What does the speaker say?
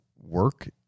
work